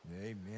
Amen